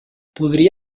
podria